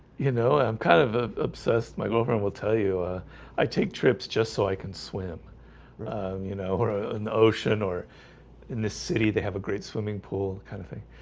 you know, i'm kind of of obsessed my girlfriend will tell you ah i take trips just so i can swim you know or ah an ocean or in this city, they have a great swimming pool kind of thing.